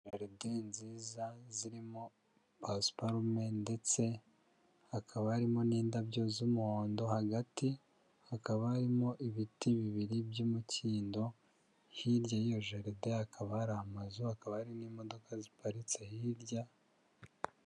Jaride nziza zirimo pasiparume ndetse hakaba harimo n'indabyo z'umuhondo, hagati hakaba harimo ibiti bibiri by'umukindo, hirya y'iyo jaride hakaba hari amazu hakaba hari n'imodoka ziparitse hirya.